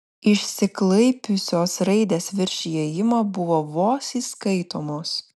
išsiklaipiusios raidės virš įėjimo buvo vos įskaitomos